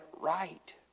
right